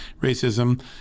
racism